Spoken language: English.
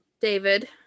David